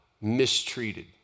mistreated